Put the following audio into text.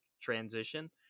transition